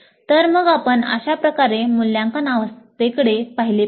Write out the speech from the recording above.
तर मग आपण अशाप्रकारे मूल्यांकन अवस्थेकडे पहिले पाहिजे